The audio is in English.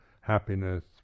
happiness